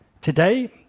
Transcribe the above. Today